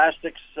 Plastics